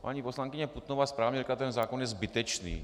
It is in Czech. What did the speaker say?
Paní poslankyně Putnová správně řekla: ten zákon je zbytečný.